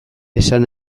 esan